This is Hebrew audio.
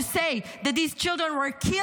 to say that these children were killed